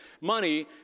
money